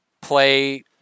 play